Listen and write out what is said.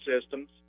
systems